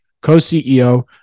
co-CEO